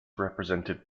represented